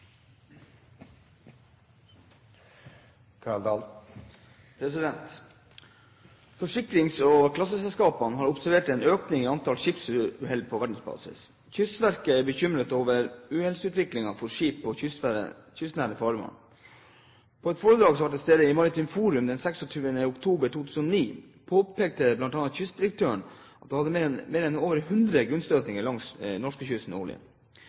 bekymret over uhellsutviklingen for skip i kystnære farvann. På et foredrag som jeg var til stede på i Maritimt Forum den 26. oktober 2009, påpekte bl.a. kystdirektøren at det var mer enn 100 grunnstøtinger langs norskekysten årlig. Det er forventet en økning i skipstrafikken i årene som kommer – og en spesielt sterk økning knyttet til olje-